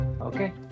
okay